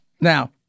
Now